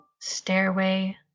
stairway